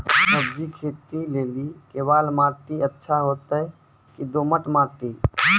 सब्जी खेती के लेली केवाल माटी अच्छा होते की दोमट माटी?